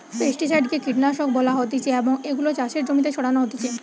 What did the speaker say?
pesticide কে কীটনাশক বলা হতিছে এবং এগুলো চাষের জমিতে ছড়ানো হতিছে